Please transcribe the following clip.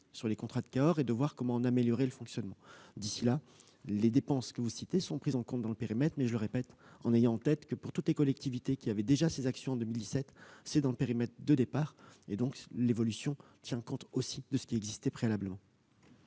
sur les contrats de Cahors et de voir comment en améliorer le fonctionnement. D'ici là, les dépenses que vous citez sont prises en compte dans le périmètre, mais, je le répète, il convient d'avoir en tête que, pour toutes les collectivités qui menaient déjà ses actions 2017, cela était déjà prévu dans le périmètre de départ. L'évolution tient donc compte, aussi, de ce qui existait préalablement.